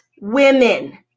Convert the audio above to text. women